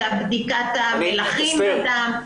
בדיקת מלחים בדם.